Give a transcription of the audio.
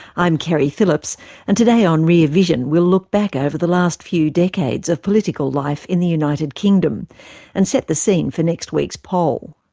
i'm keri phillips and today on rear vision we'll look back over the last few decades of political life in the united kingdom and set the scene for next week's poll.